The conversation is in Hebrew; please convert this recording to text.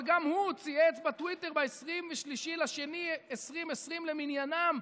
אבל גם הוא צייץ בטוויטר ב-23 בפברואר 2020 למניינם: